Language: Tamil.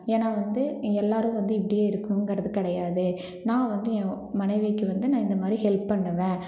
ஏன்னால் வந்து இங்கே எல்லோரும் வந்து இப்படியே இருக்கணுங்கிறது கிடையாது நான் வந்து என் மனைவிக்கு வந்து நான் இந்த மாதிரி ஹெல்ப் பண்ணுவேன்